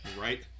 Right